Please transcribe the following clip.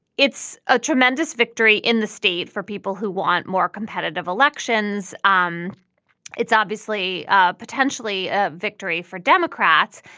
it's a tremendous victory in the state for people who want more competitive elections. um it's obviously ah potentially a victory for democrats.